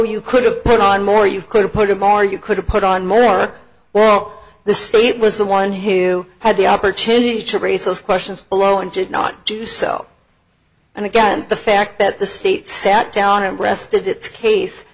you could have put on more you could put him or you could have put on more well the state was the one who had the opportunity to raise those questions below and did not do self and again the fact that the state sat down and rested its case